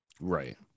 right